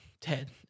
Ted